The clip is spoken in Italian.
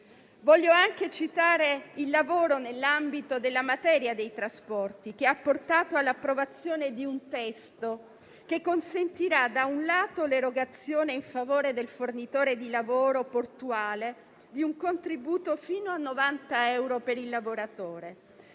Voglio anche citare il lavoro, nell'ambito della materia dei trasporti, che ha portato all'approvazione di un testo che consentirà - da un lato - l'erogazione in favore del fornitore di lavoro portuale di un contributo fino a 90 euro per il lavoratore,